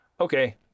okay